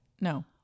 No